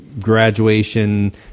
graduation